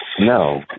No